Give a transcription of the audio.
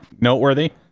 noteworthy